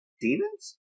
demons